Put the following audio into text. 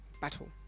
battle